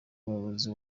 umuyobozi